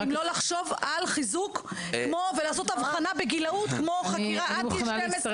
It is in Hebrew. אם לא לחשוב על חיזוק ולעשות הבחנה בגילאות כמו חקירה עד גיל 12,